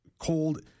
cold